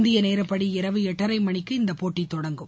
இந்திய நேரப்படி இரவு எட்டரை மணிக்கு இந்தப்போட்டி தொடங்கும்